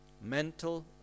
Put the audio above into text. mental